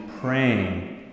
praying